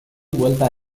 buelta